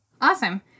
Awesome